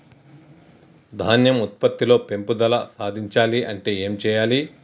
ధాన్యం ఉత్పత్తి లో పెంపుదల సాధించాలి అంటే ఏం చెయ్యాలి?